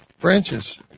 branches